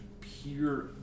pure